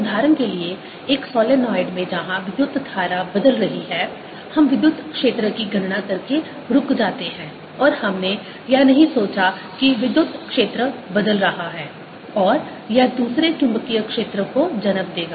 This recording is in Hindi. उदाहरण के लिए एक सोलनॉइड में जहां विद्युत धारा बदल रही है हम विद्युत क्षेत्र की गणना करके रुक जाते हैं और हमने यह नहीं सोचा कि विद्युत क्षेत्र बदल रहा है और यह दूसरे चुंबकीय क्षेत्र को जन्म देगा